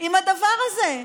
עם הדבר הזה.